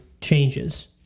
changes